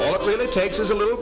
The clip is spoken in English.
all it takes is a little